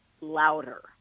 louder